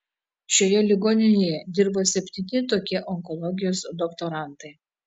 šioje ligoninėje dirbo septyni tokie onkologijos doktorantai